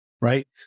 right